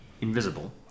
invisible